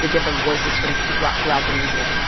the different voices from throughout throughout the museum